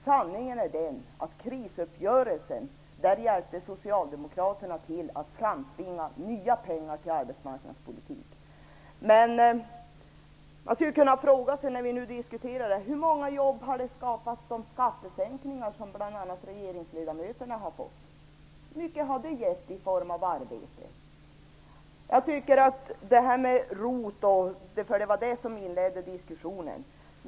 Sanningen är den att Socialdemokraterna i krisuppgörelsen hjälpte till att framtvinga nya pengar till arbetsmarknadspolitiken. När vi nu diskuterar detta kan man fråga sig hur många jobb som har skapats genom de skattesänkningar som bl.a. regeringsledamöterna har fått. Hur mycket har det gett i form av arbete? Vi inledde diskussionen med att tala om ROT.